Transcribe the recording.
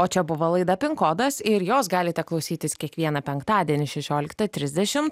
o čia buvo laida pin kodas ir jos galite klausytis kiekvieną penktadienį šešioliktą trisdešimt